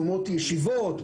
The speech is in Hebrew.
ישיבות,